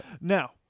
Now